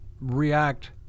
react